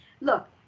look